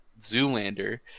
Zoolander